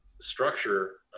structure